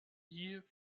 die